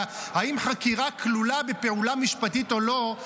האם חקירה כלולה בפעולה משפטית או לא,